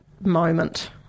moment